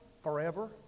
forever